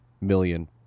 million